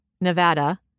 Nevada